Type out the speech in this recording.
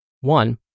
One